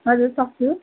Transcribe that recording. हजुर सक्छु